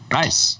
nice